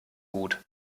gut